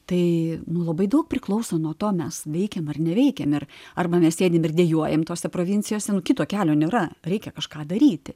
tai labai daug priklauso nuo to mes veikėm ar neveikiam arba mes sėdim ir dejuojam tose provincijose nuo kito kelio nėra reikia kažką daryti